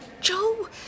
Joe